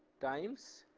times